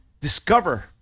discover